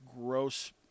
gross